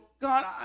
God